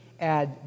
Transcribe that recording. add